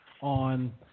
on